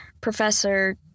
professor